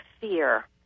fear